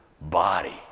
body